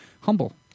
humble